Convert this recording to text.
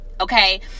Okay